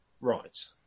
Right